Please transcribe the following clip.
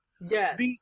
Yes